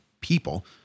people